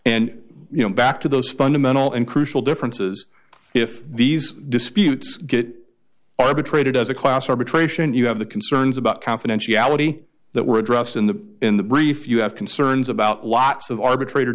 and you know back to those fundamental and crucial differences if these disputes get arbitrated as a class arbitration you have the concerns about confidentiality that were addressed in the in the brief you have concerns about lots of arbitrator